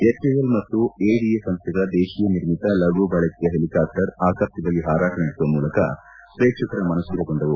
HAL ಮತ್ತು ADA ಸಂಸ್ಥೆಗಳ ದೇಶೀಯ ನಿರ್ಮಿತ ಲಘು ಬಳಕೆಯ ಹೆಲಿಕ್ಯಾಪ್ಸರ್ ಆಕಾಶದಲ್ಲಿ ಹಾರಾಟ ನಡೆಸುವ ಮೂಲಕ ಪ್ರೇಕ್ಷಕರ ಮನಸೂರಗೊಂಡವು